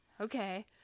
okay